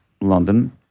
London